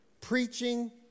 Preaching